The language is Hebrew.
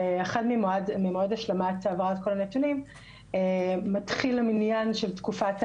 והחל ממועד השלמת העברת כל הנתונים מתחיל המניין של תקופת ההקמה,